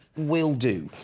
will do.